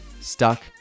stuck